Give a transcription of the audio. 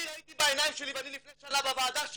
אני ראיתי בעיניים שלי ואני לפני שנה בוועדה שלך,